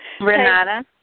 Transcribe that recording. Renata